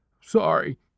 Sorry